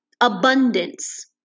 abundance